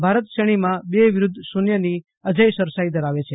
ભારત શ્રેણીમાં બે વિરુદ્ધ શૂન્યની અજેય સરસાઈ ધરાવે છે